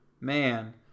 Man